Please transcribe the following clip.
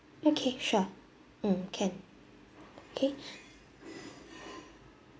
okay sure mm can okay